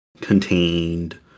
contained